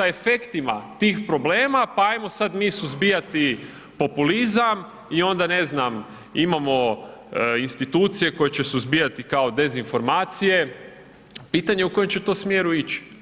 a efektima tih problema pa ajmo mi sad suzbijati populizam i onda ne znam, imamo institucije koje će suzbijati kao dezinformacije, pitanje u kojem će to smjeru ići.